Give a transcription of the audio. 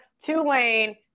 Tulane